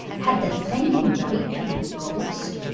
had the thing in white been a ghost?